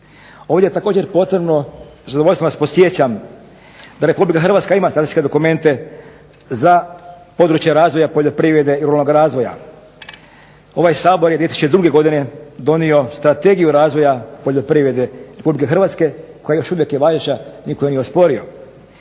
Ovdje je također potrebno, sa zadovoljstvom vas podsjećam da RH ima strateške dokumente za područje razvoja poljoprivrede i ruralnoga razvoja. Ovaj Sabor je 2002. godine donio Strategiju razvoja poljoprivrede RH koja još uvijek je važeća, nitko je nije osporio.